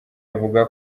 avuga